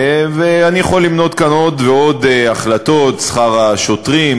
ואני יכול למנות כאן עוד ועוד החלטות: שכר השוטרים,